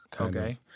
Okay